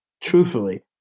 truthfully